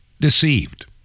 deceived